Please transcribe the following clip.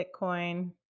Bitcoin